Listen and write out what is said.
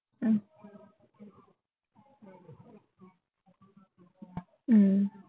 mm mm